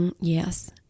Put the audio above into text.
Yes